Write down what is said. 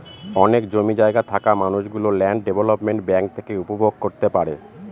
অনেক জমি জায়গা থাকা মানুষ গুলো ল্যান্ড ডেভেলপমেন্ট ব্যাঙ্ক থেকে উপভোগ করতে পারে